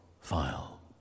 file